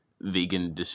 Vegan